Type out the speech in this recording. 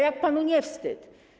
Jak panu nie wstyd?